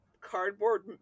cardboard